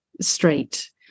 straight